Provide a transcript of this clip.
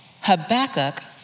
Habakkuk